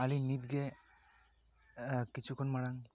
ᱟᱹᱞᱤᱧ ᱱᱤᱛᱜᱮ ᱠᱤᱪᱷᱩ ᱠᱷᱚᱱ ᱢᱟᱲᱟᱝ